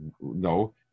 no